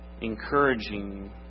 encouraging